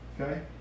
Okay